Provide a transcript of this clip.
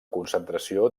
concentració